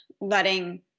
letting